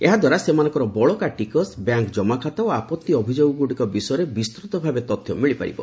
ଏହାଦ୍ୱାରା ସେମାନଙ୍କର ବଳକା ଟିକସ ବ୍ୟାଙ୍କ୍ ଜମାଖାତା ଓ ଆପଭି ଅଭିଯୋଗଗୁଡ଼ିକ ବିଷୟରେ ବିସ୍ତୃତ ଭାବେ ତଥ୍ୟ ମିଳିପାରିବ